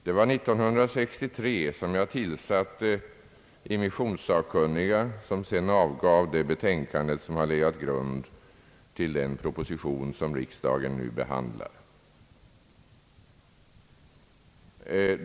Det var 1963 som jag tillsatte immissionssakkunniga, som sedan avgav det betänkande som har legat till grund för den proposition som riksdagen nu behandlar.